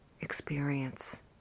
experience